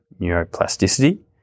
neuroplasticity